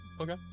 Okay